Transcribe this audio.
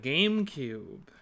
GameCube